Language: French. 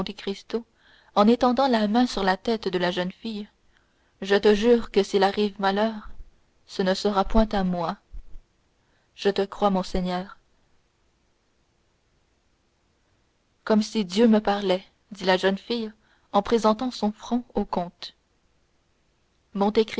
monte cristo en étendant la main sur la tête de la jeune fille je te jure que s'il arrive malheur ce ne sera point à moi je te crois mon seigneur comme si dieu me parlait dit la jeune fille en présentant son front au comte